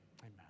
Amen